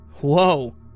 whoa